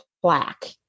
plaque